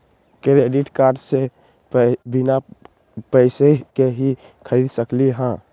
Credit card से बिना पैसे के ही खरीद सकली ह?